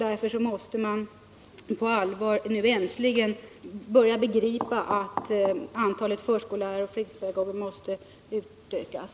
Därför måste man nu äntligen på allvar börja begripa att antalet förskollärare och fritidspedagoger måste utökas.